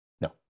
No